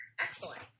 Excellent